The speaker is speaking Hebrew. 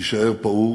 יישאר פעור